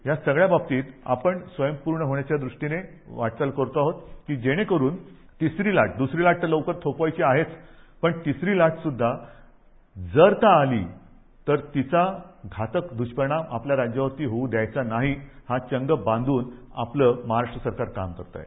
या सगळ्या बाबतीत आपण स्वयंपूर्ण होण्याच्या दुष्टीने वाटचाल करतो आहोत की जेणेकरून तिसरी लाट दुसरी लाट तर लवकर थोपवायची आहेच पण तिसरी लाटसुध्दा जर का आली तर तिचा घातक दृष्परिणाम आपल्या राज्यावर होऊ द्यायचा नाही हा चंग बांधून आपलं महाराष्ट्र सरकार काम करत आहे